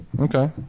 Okay